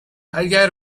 اگر